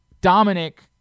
Dominic